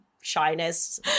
shyness